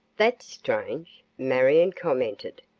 that's strange, marion commented.